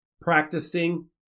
practicing